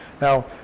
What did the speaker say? now